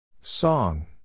Song